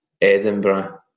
Edinburgh